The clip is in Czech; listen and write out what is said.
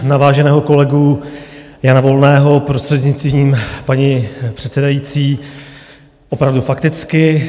Na váženého kolegu Jana Volného, prostřednictvím paní předsedající, opravdu fakticky.